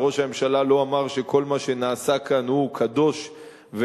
וראש הממשלה לא אמר שכל מה שנעשה כאן הוא קדוש ונכון,